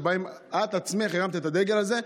את עצמך הרמת את הדגל הזה,